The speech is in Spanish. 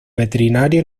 veterinario